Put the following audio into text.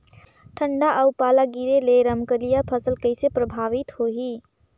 ठंडा अउ पाला गिरे ले रमकलिया फसल कइसे प्रभावित होही?